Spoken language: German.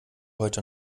heute